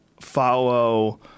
follow